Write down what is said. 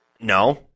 No